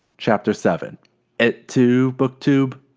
chapter seven et tu booktube?